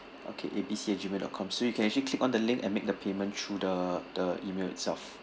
okay A B C at gmail dot com so you can actually click on the link and make the payment through the the email itself